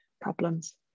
problems